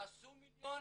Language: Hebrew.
תעשו מיליונים,